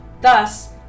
Thus